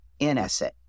NSA